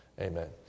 Amen